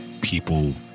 people